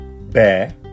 Bear